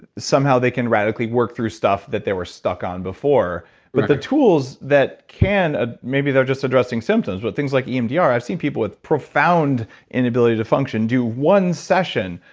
somehow they can radically work through stuff that they were stuck on before with their tools that can, ah maybe they're just addressing symptoms but things like emdr. i've seen people with profound inability to function do one session.